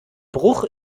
bruch